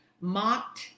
mocked